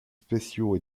spéciaux